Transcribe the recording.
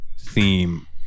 theme